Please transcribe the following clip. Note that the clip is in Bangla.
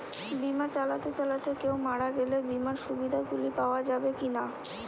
বিমা চালাতে চালাতে কেও মারা গেলে বিমার সুবিধা গুলি পাওয়া যাবে কি না?